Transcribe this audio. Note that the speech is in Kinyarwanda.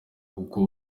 kuko